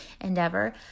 endeavor